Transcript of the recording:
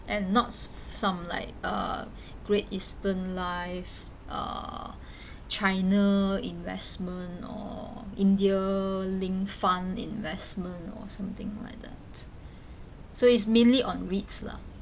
and not some like uh great eastern life uh china investment or india linked fund investment or something like that so it's mainly on REITs lah